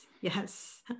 yes